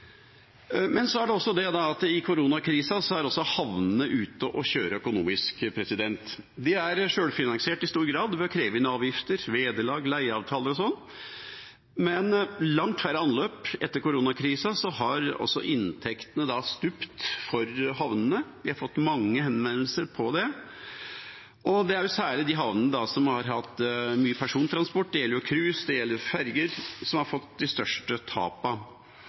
I koronakrisa er også havnene ute å kjøre økonomisk. De er i stor grad sjølfinansierte ved innkreving av avgifter, ved leieavtaler og sånt, men med langt færre anløp under koronakrisa har inntektene stupt også for havnene. Vi har fått mange henvendelser om det, og det gjelder særlig de havnene som har hatt mye persontransport – det gjelder cruise og ferjer – som har fått de største